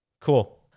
cool